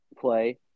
play